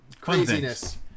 craziness